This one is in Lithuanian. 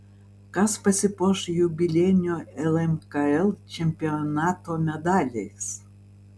kas pasipuoš jubiliejinio lmkl čempionato medaliais